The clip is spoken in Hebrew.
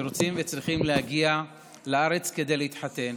שרוצים וצריכים להגיע לארץ כדי להתחתן,